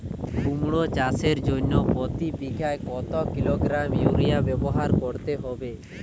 কুমড়ো চাষের জন্য প্রতি বিঘা কত কিলোগ্রাম ইউরিয়া ব্যবহার করতে হবে?